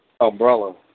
umbrella